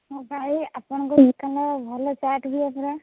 ହଁ ଭାଇ ଆପଣଙ୍କ ଦୋକାନରେ ଭଲ ଚାଟ୍ ହୁଏ ପରା